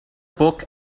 book